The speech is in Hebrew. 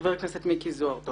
חבר הכנסת מיקי זוהר, בבקשה.